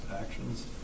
actions